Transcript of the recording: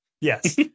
Yes